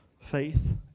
faith